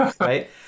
right